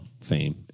fame